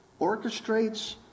orchestrates